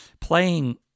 playing